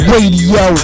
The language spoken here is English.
Radio